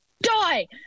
Die